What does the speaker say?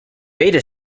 beta